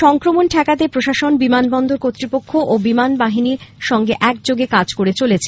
সংক্রমণ ঠেকাতে প্রশাসন বিমানবন্দর কর্তৃপক্ষ ও বিমানবাহিনী একযোগে কাজ করে চলেছে